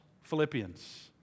Philippians